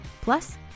Plus